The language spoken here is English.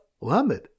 Lamed